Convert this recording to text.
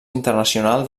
internacional